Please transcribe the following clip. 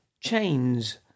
Chains